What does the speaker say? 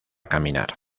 caminar